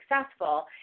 successful